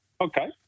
okay